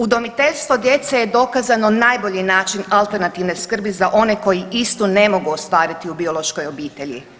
Udomiteljstvo djece je dokazano najbolji način alternativne skrbi za one koji istu ne mogu ostvariti u biološkoj obitelji.